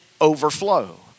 overflow